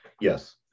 Yes